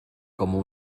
como